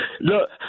Look